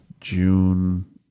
June